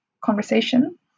conversation